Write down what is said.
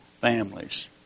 families